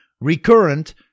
recurrent